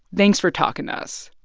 thanks for talking to us.